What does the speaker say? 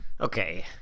Okay